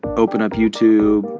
open up youtube.